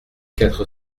quatre